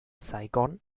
saigon